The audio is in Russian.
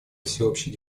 всеобщей